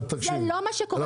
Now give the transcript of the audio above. זה לא מה שקורה בשטח --- תקשיבו,